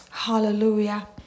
Hallelujah